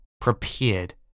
prepared